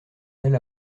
tel